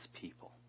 people